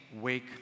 wake